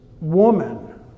woman